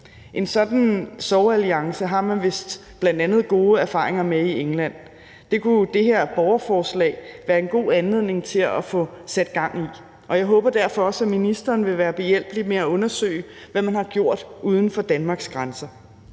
En sådan sorgalliance har man vist bl.a. gode erfaringer med i England. Det kunne det her borgerforslag være en god anledning til at få sat gang i. Jeg håber derfor også, at ministeren vil være behjælpelig med at undersøge, hvad man har gjort uden for Danmarks grænser.